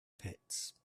pits